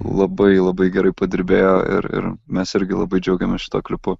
labai labai gerai padirbėjo ir ir mes irgi labai džiaugiamės šituo klipu